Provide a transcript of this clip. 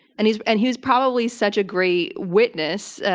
and he and he was probably such a great witness,